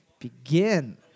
Begin